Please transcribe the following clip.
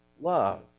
love